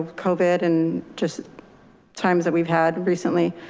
covid. and just times that we've had recently,